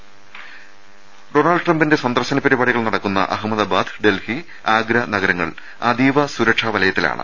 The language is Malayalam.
യുഎസ് പ്രസിഡന്റ് ഡൊണാൾഡ് ട്രംപിന്റെ സന്ദർശന പരിപാടികൾ നടക്കുന്ന അഹമ്മദാബാദ് ഡൽഹി ആഗ്ര നഗരങ്ങൾ അതീവ സുരക്ഷാവലയത്തിലാണ്